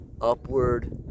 upward